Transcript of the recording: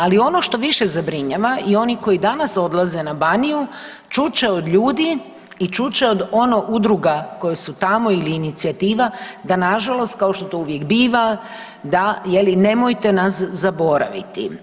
Ali, ono što je više zabrinjava i oni koji danas odlaze na Baniju čut će od ljudi i čut će od ono udruga koje su tamo ili od inicijativa, da nažalost kao što to uvijek biva, da, je li, nemojte nas zaboraviti.